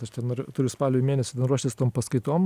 aš ten nor turiu spalio mėnesį ten ruoštis paskaitom